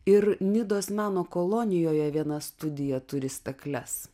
ir nidos meno kolonijoje viena studija turi stakles